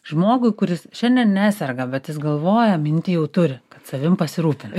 žmogui kuris šiandien neserga bet jis galvoja mintį jau turi kad savimi pasirūpint